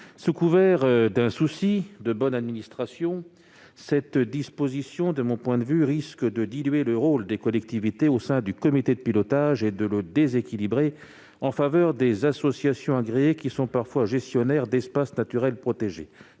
Sous couvert d'un souci de bonne administration, cette disposition risque selon moi de diluer le rôle des collectivités au sein du comité de pilotage et de le déséquilibrer en faveur des associations agréées qui sont parfois gestionnaires d'espaces naturels protégés.